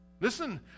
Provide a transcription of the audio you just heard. Listen